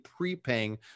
prepaying